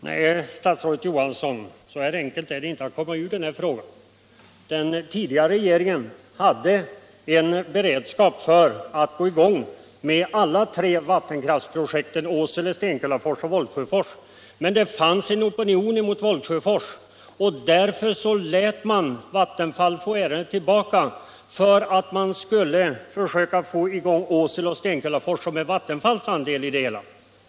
Herr talman! Nej, statsrådet Johansson, så enkelt är det inte att komma ur denna fråga. Den tidigare regeringen hade en beredskap för att komma i gång med de tre vattenkraftsprojekten Åsele, Stenkullafors och Volgsjöfors. Men det fanns en opinion mot Volgsjöfors. Därför lät man Vattenfall få ärendet tillbaka. Man försökte få i gång Åsele och Stenkullafors, som är Vattenfalls andel av det hela.